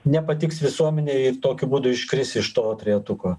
nepatiks visuomenei ir tokiu būdu iškris iš to trejetuko